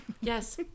yes